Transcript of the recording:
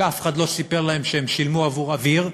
רק אף אחד לא סיפר להם שהם שילמו עבור אוויר,